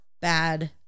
bad